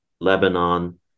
Lebanon